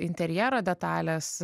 interjero detalės